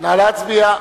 הודעת הממשלה על